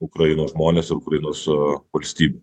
ukrainos žmones ukrainos ir valstybę